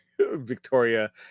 Victoria